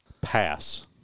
Pass